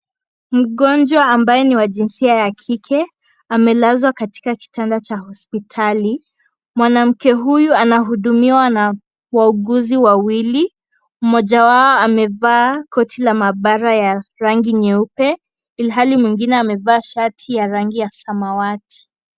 Mgonjwa ambaye ni jinsia wa kike amelazwa katika hospitali mwanamke huyu anahudumiwa na wauguzi wawili mmoja wao amevaa koti la maabara ya rangi nyeupe ilhali mwingine amevaa shati ya rangi ya samawati.